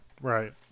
Right